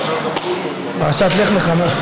פרשת לך לך?